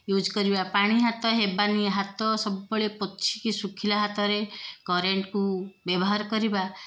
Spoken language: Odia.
ୟୁଜ୍ କରିବା ପାଣି ହାତ ହେବାନି ହାତ ସବୁବେଳେ ପୋଛିକି ଶୁଖିଲା ହାତରେ କରେଣ୍ଟ୍କୁ ବ୍ୟବହାର କରିବା